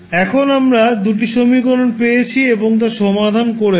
এখন আমরা 2 টি সমীকরণ পেয়েছি এবং তা সমাধান করেছি